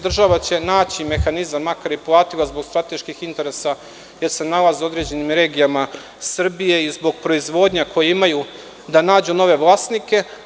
Država će naći mehanizam, makar i platila, zbog strateških interesa, jer se nalaze u određenim regijama Srbije, a i zbog proizvodnje koju imaju, da nađe nove vlasnike.